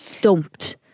dumped